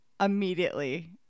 immediately